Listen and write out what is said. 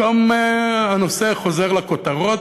פתאום הנושא חוזר לכותרות,